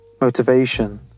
Motivation